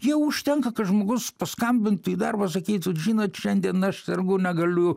jau užtenka kad žmogus paskambintų į darbą sakytų žinot šiandien aš sergu negaliu